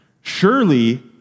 surely